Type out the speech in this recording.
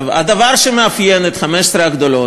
הדבר שמאפיין את 15 הגדולות,